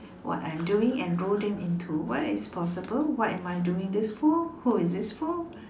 what I am doing enroll them into what is possible what am I doing this for who is this for